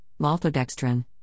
maltodextrin